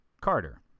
Carter